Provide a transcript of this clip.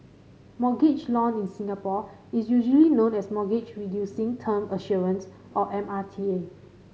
mortgage loan in Singapore is usually known as Mortgage Reducing Term Assurance or M R T A